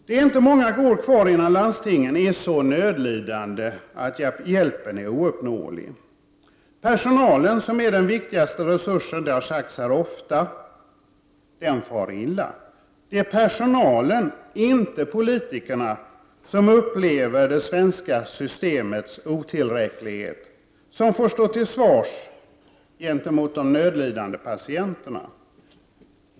Det är inte många år kvar innan landstingen är så nödlidande att hjälpen är ouppnåelig. Personalen som är den viktigaste resursen — det har sagts här ofta — far illa. Det är personalen, inte politikerna, som upplever det svenska systemets otillräcklighet och som får stå till svars gentemot de nödlidande patienterna.